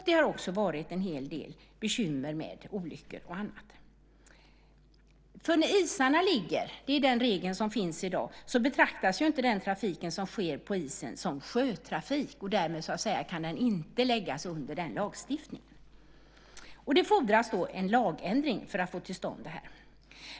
Det har också varit en hel del bekymmer med olyckor och annat. När isarna ligger, det är den regel som finns i dag, betraktas inte den trafik som sker på isen som sjötrafik. Därmed kan den inte läggas under den lagstiftningen. Det fordras en lagändring för att få till stånd det här.